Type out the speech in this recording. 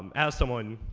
um as someone,